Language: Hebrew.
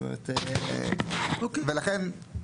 ולכן,